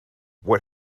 what